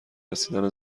رسیدن